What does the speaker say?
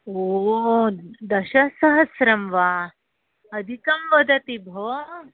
ओ दशसहस्रं वा अधिकं वदति भोः